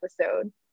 episode